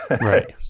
Right